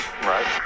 Right